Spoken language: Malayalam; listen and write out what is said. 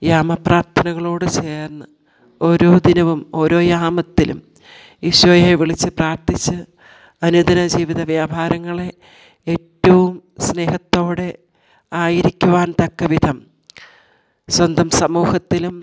യാമ പ്രാർഥനകളോട് ചേർന്ന് ഓരോ ദിനവും ഓരോ യാമത്തിലും ഈശോയെ വിളിച്ച് പ്രാർത്ഥിച്ച് അനുദിന ജീവിത വ്യാപാരങ്ങളെ ഏറ്റവും സ്നേഹത്തോടെ ആയിരിക്കുവാൻ തക്ക വിധം സ്വന്തം സമൂഹത്തിലും